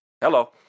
Hello